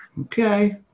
Okay